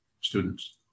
students